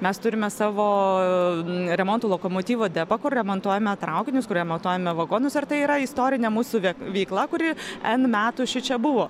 mes turime savo remontų lokomotyvo depą kur remontuojame traukinius kur remontuojame vagonus ar tai yra istorinė mūsų veikla kuri n metų šičia buvo